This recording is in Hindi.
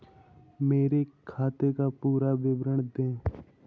मेरे खाते का पुरा विवरण दे?